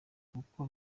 kuko